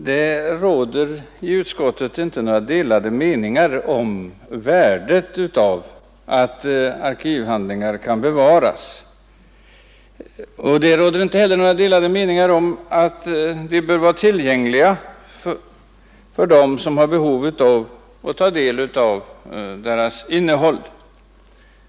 Fru talman! Det har i utskottet inte rått några delade meningar om värdet av att arkivhandlingar bevaras. Inte heller har det varit några delade meningar om att handlingarna bör vara tillgängliga för de människor som vill ta del av innehållet.